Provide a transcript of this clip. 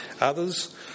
Others